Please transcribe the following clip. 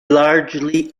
largely